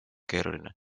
keeruline